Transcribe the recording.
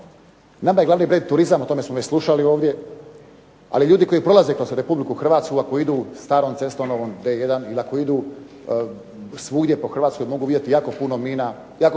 Nama je glavni brend turizam, o tome smo već slušali ovdje, ali ljudi koji prolaze kroz Republike Hrvatsku ako idu ovom starom cestom D1 ili ako idu svuda po Hrvatskoj mogu vidjeti jako puno tabli sa znakom